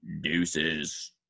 deuces